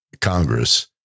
Congress